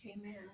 Amen